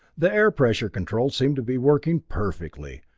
the air pressure controls seem to be working perfectly.